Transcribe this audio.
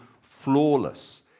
flawless